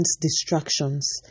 distractions